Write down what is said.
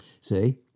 See